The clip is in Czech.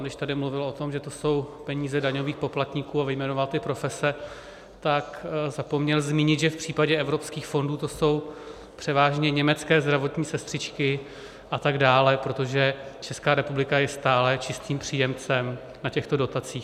Když tady mluvil o tom, že to jsou peníze daňových poplatníků, a vyjmenoval ty profese, tak zapomněl zmínit, že v případě evropských fondů to jsou převážně německé zdravotní sestřičky atd., protože Česká republika je stále čistým příjemcem na těchto dotacích.